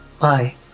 bye